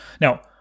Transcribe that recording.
Now